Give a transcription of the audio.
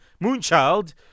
Moonchild